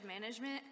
Management